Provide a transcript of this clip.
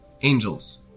Angels